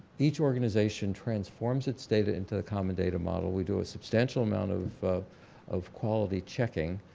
each organization transforms its data into the common data model we do a substantial amount of of quality checking.